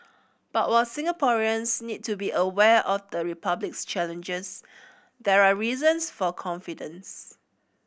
but while Singaporeans need to be aware of the Republic's challenges there are reasons for confidence